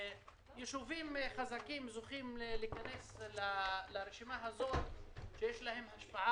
יישובים חזקים זוכים להיכנס לרשימה הזאת כי יש להם השפעה